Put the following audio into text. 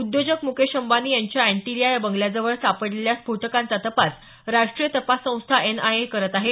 उद्योजक मु्केश अंबानी यांच्या अँटिलिया या बंगल्याजवळ सापडलेल्या स्फोटकांचा तपास राष्ट्रीय तपास संस्था एन आय ए करत आहे